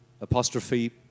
apostrophe